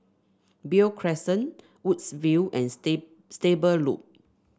Beo Crescent Woodsville and Stable Loop